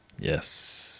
yes